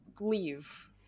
leave